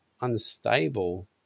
unstable